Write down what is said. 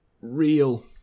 real